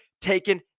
taken